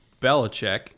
belichick